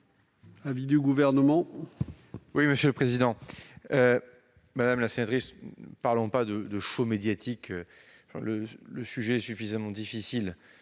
l'avis du Gouvernement ?